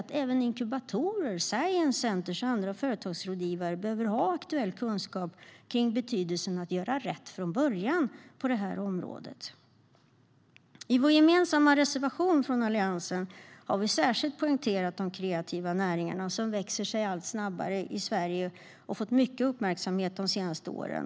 Men även inkubatorer, science centers och andra företagsrådgivare behöver aktuell kunskap om betydelsen av att göra rätt från början på området. I vår gemensamma reservation från Alliansen har vi särskilt poängterat de kreativa näringarna som växer sig allt snabbare i Sverige och har fått mycket uppmärksamhet de senaste åren.